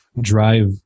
drive